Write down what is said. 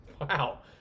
Wow